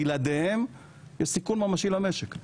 בלעדיהן יש סיכון ממשי למשק.